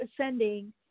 ascending